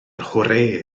hwrê